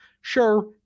Sure